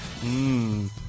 mmm